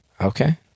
Okay